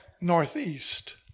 Northeast